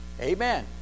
Amen